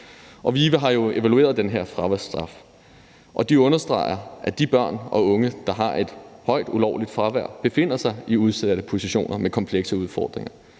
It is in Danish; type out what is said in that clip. VIVE har jo evalueret den her fraværsstraf, og de understreger, at de børn og unge, der har et højt ulovligt fravær, befinder sig i udsatte positioner med komplekse udfordringer.